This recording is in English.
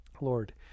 Lord